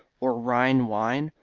or rhine wine,